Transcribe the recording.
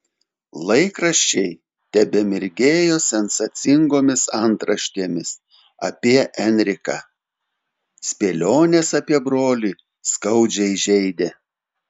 laikraščiai tebemirgėjo sensacingomis antraštėmis apie enriką spėlionės apie brolį skaudžiai žeidė